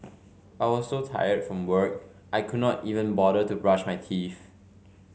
I was so tired from work I could not even bother to brush my teeth